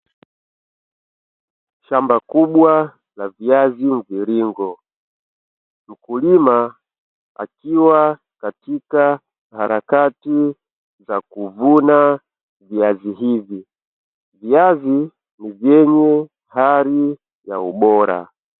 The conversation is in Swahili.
Shamba kubwa la viazi mviringo mkulima akiwa katika harakati za kuvuna viazi hivi, viazi ni vyenye hali ya ubora.